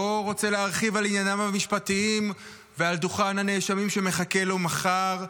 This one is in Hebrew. לא רוצה להרחיב על ענייניו המשפטיים ועל דוכן הנאשמים שמחכה לו מחר,